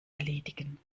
erledigen